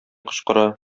кычкыра